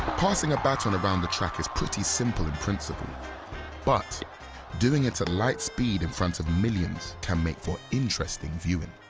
passing a baton around a track is pretty simple in principle but doing it at light speed in front of millions can make for interesting viewing.